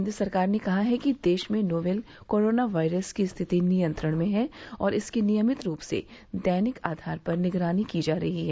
केन्द्र सरकार ने कहा है कि देश में नोवेल कोरोना वायरस की स्थिति नियंत्रण में है और इसकी नियमित रूप से दैनिक आधार पर निगरानी की जा रही है